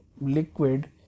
liquid